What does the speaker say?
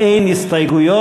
אין הסתייגויות.